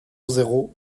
zéro